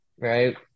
right